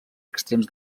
extrems